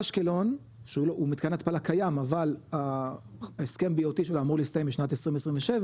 אשקלון שהוא מתקן התפלה קיים אבל ההסכם BOT שלו אמור להסתיים בשנת 2027,